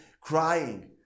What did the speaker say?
crying